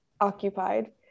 occupied